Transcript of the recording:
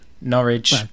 Norwich